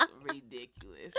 ridiculous